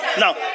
Now